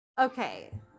okay